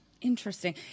Interesting